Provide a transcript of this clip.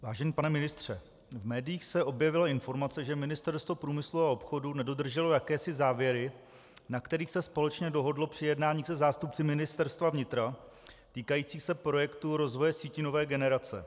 Vážený pane ministře, v médiích se objevila informace, že Ministerstvo průmyslu a obchodu nedodrželo jakési závěry, na kterých se společně dohodlo při jednání se zástupci Ministerstva vnitra, týkající se projektu rozvoje sítí nové generace.